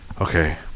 okay